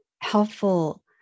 helpful